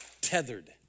tethered